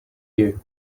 you